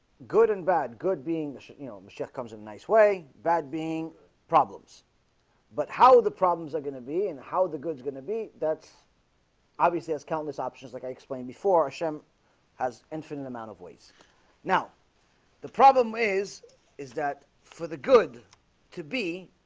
good and bad good being the yeah um chef comes a nice way bad being problems but how the problems are gonna be and how the goods gonna be that's obviously there's countless options like i explained before shem has infinite amount of ways now the problem is is that for the good to be?